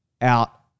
out